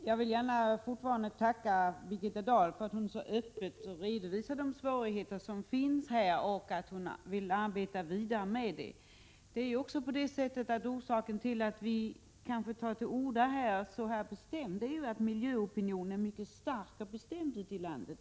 Herr talman! Jag tackar statsrådet Birgitta Dahl för att hon så öppet redovisat de svårigheter som finns här och för att hon vill arbeta vidare med dem. Orsaken till att vi tar till så skarpa ord är att miljöopinionen är mycket stark och bestämd ute i landet.